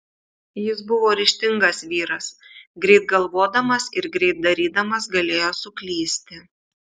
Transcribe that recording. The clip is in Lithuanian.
jis buvo ryžtingas vyras greit galvodamas ir greit darydamas galėjo suklysti